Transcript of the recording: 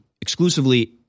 exclusively